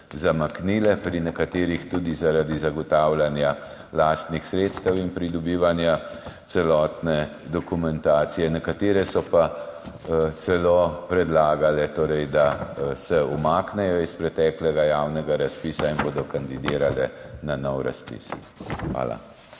zamaknile, pri nekaterih tudi zaradi zagotavljanja lastnih sredstev in pridobivanja celotne dokumentacije. Nekatere so pa celo predlagale, da se umaknejo iz preteklega javnega razpisa in bodo kandidirale na nov razpis. Hvala.